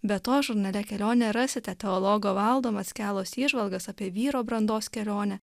be to žurnale kelionė rasite teologo valdo mackelos įžvalgas apie vyro brandos kelionę